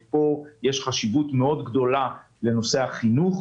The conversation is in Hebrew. פה יש חשיבות גדולה מאוד לנושא החינוך